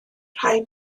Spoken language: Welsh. rhai